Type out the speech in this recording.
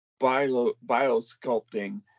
biosculpting